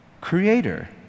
creator